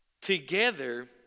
Together